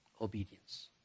Obedience